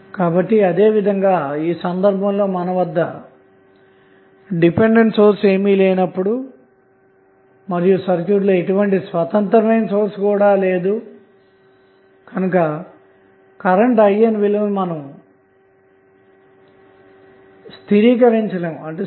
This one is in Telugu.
కాబట్టి అదే విధంగా ఈ సందర్భంలో మన వద్ద డిపెండెంట్ సోర్స్ ఏమీ లేనప్పుడు మరియు సర్క్యూట్లో ఎటువంటి స్వతంత్రమైన సోర్స్ కూడా లేదు గనక కరెంట్ INవిలువను మనం స్థిరీకరించలేము